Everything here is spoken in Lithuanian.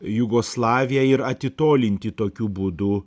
jugoslaviją ir atitolinti tokiu būdu